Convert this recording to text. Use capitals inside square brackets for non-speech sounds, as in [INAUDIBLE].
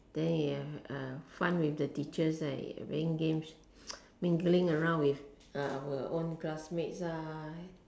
then you have fun with the teachers and you playing games [NOISE] mingling around with our own classmates ah